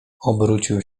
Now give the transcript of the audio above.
obrócił